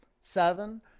seven